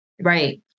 Right